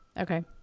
Okay